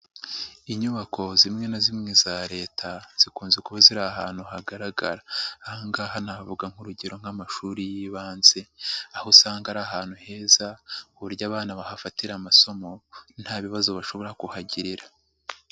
Inyubako zimwe na zimwe za Leta zikunze kuba ziri ahantu hagaragara, ahangaha navuga nk'urugero nk'amashuri y'ibanze, aho usanga ari ahantu heza, k'uburyo abana bahafatira amasomo nta bibazo bashobora kuhagirira.